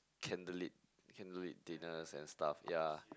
candlelit candlelit dinners and stuff ya